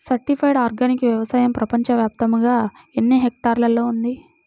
Certified organic వ్యవసాయం ప్రపంచ వ్యాప్తముగా ఎన్నిహెక్టర్లలో ఉంది?